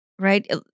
right